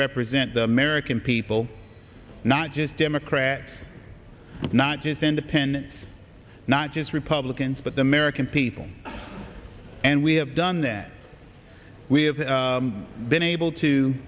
represent the american people not just democrats not just independents not just republicans but the american people and we have done that we have been able to